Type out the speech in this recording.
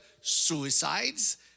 suicides